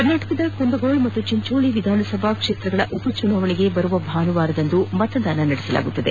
ಕರ್ನಾಟಕದ ಕುಂದಗೋಳ ಮತ್ತು ಚಿಂಚೊಳಿ ವಿಧಾನ ಸಭಾ ಕ್ಷೇತ್ರದ ಉಪ ಚುನಾವಣೆಗೆ ಬರುವ ಭಾನುವಾರದಂದು ಮತದಾನ ನಡೆಯಲಿದೆ